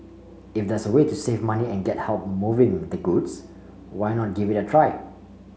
if there's a way to save money and get help moving the goods why not give it a try